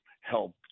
help